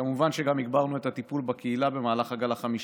כמובן שגם הגברנו את הטיפול בקהילה במהלך הגל החמישי.